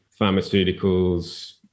pharmaceuticals